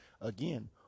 Again